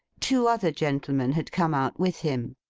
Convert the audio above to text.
two other gentlemen had come out with him.